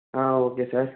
okay sir